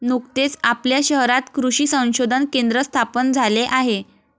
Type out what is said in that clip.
नुकतेच आपल्या शहरात कृषी संशोधन केंद्र स्थापन झाले आहे